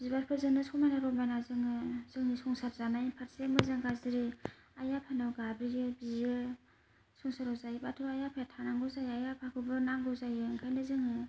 बिबारफोरजोंनो समायना रमायना जोङो जोंनि संसार जानायनि फारसे मोजां गाज्रि आइ आफानाव गाबज्रियो बियो संसाराव जायोबाथ' आइ आफाया थानांगौ जायो आइ आफाखौबो नांगौ जायो ओंखायनो जोङो